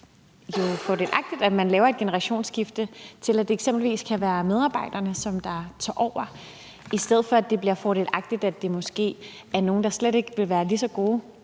fordelagtigt, at man laver et generationsskifte, hvor det eksempelvis kan være medarbejderne, som tager over, i stedet for at det bliver fordelagtigt, at det måske er nogle, der slet ikke vil være lige så gode